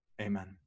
Amen